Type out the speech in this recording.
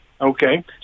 Okay